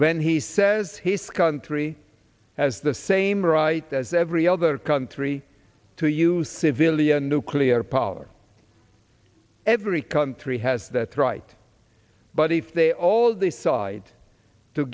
when he says his country has the same right as every other country to use civilian nuclear power every country has that right but if they all the side to